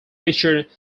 featured